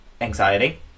anxiety